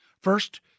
First